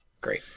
Great